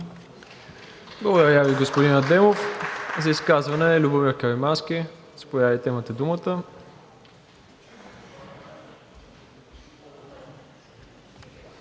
Благодаря Ви, господин Адемов. За изказване – Любомир Каримански. Заповядайте, имате думата.